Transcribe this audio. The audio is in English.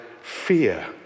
fear